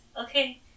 Okay